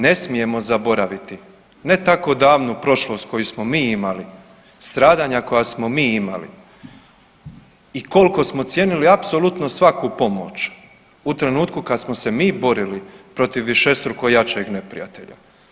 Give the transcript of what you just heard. Ne smijemo zaboraviti ne tako davnu prošlost koju smo mi imali, stradanja koja smo mi imali i koliko smo cijenili apsolutno svaku pomoć u trenutku kada smo se mi borili protiv višestruko jačeg neprijatelja.